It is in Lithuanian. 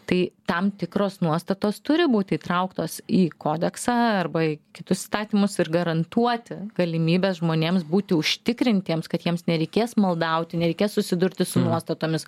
tai tam tikros nuostatos turi būti įtrauktos į kodeksą arba į kitus įstatymus ir garantuoti galimybę žmonėms būti užtikrintiems kad jiems nereikės maldauti nereikės susidurti su nuostatomis